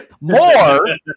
more